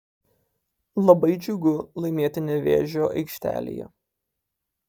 labai džiugu laimėti nevėžio aikštelėje